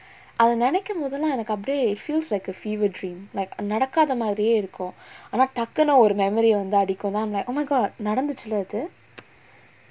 அத நெனைக்க போதேல்லா எனக்கு அப்டியே:atha நெனைக்க pothellaa enakku apdiyae it feels like a fever dream like நடக்காத மாரி இருக்கும்:nadakkaatha maari irukkum I'm like oh my god நடந்துச்சுல இது:nadanthuchula ithu